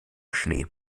schnee